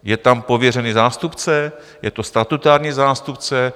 Je tam pověřený zástupce, je to statutární zástupce.